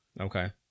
Okay